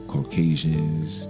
Caucasians